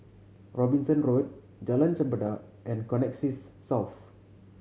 Robinson Road Jalan Chempedak and Connexis South